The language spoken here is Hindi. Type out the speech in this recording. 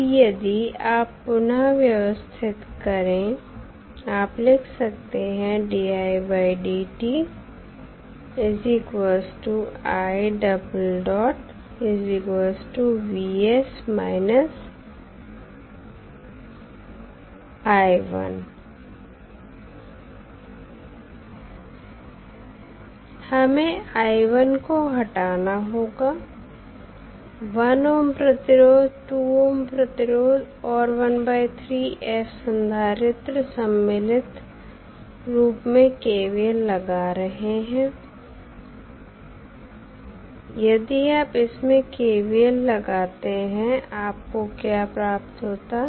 अब यदि आप पुन व्यवस्थित करें आप लिख सकते हैं हमें को हटाना होगा प्रतिरोध प्रतिरोध और संधारित्र सम्मिलित रूप में KVL लगा रहे हैं यदि आप इसमें KVL लगाते हैं आपको क्या प्राप्त होता